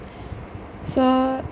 so